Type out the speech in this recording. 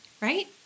right